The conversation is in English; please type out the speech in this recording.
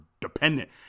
dependent